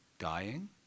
dying